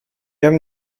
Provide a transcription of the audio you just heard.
haben